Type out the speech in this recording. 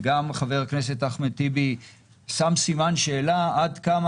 גם חבר הכנסת אחמד טיבי שם סימן שאלה עד כמה